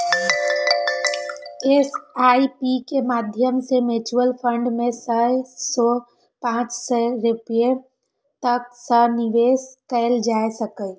SIP के माध्यम सं म्यूचुअल फंड मे सय सं पांच सय रुपैया तक सं निवेश कैल जा सकैए